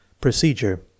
Procedure